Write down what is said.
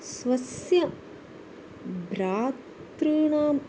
स्वस्य भ्रातॄणाम्